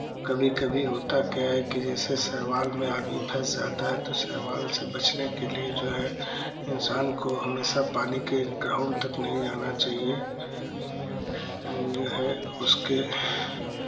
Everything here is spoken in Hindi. कभी कभी होता क्या है कि जैसे शैवाल में आदमी फँस जाता है तो शैवाल से बचने के लिए जो है इंसान को हमेशा पानी के ग्राउन्ड तक नहीं जाना चाहिए जो है उसके